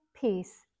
peace